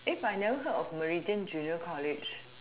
eh but I never heard of meridian junior college